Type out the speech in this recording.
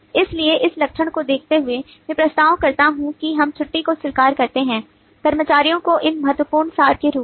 इसलिए इस लक्षण को देखते हुए मैं प्रस्ताव करता हूं कि हम छुट्टी को स्वीकार करते हैं कर्मचारी को इन महत्वपूर्ण सार के रूप में